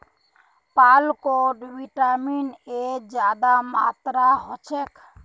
पालकोत vitamin A ज्यादा मात्रात होछे